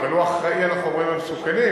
אבל הוא אחראי לחומרים המסוכנים.